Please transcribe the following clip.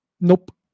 Nope